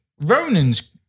ronan's